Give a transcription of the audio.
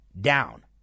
down